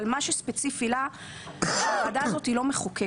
אבל מה שספציפי לה, הוועדה הזאת היא לא מחוקקת.